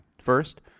First